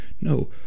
No